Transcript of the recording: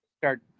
start